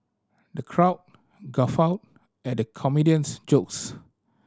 the crowd guffawed at the comedian's jokes